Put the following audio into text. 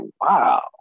wow